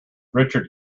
richard